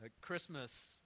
Christmas